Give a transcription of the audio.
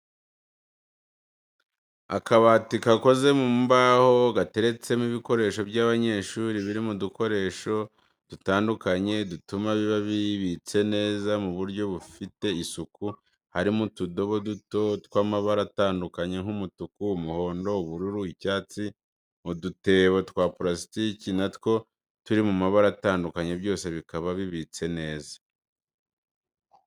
Akabati gakoze mu mbaho gateretsemo ibikoresho by'abanyeshuri biri mu dukoresho dutandukanye dutuma biba bibitse neza mu buryo bufite isuku harimo utudobo duto tw'amabara atandukanye nk'umutuku, umuhondo, ubururu ,icyatsi, udutebo twa parasitiki natwo turi mu mabara atandukanye byose bikaba bibitse neza.